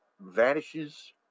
vanishes